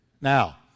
Now